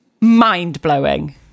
mind-blowing